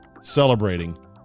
celebrating